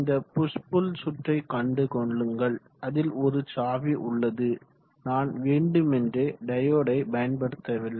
இந்த push pull சுற்றை கண்டு கொள்ளுங்கள் அதில் ஒரு சாவி உள்ளது நான் வேண்டுமென்றே டையோடை பயன்படுத்தவில்லை